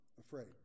afraid